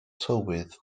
tywydd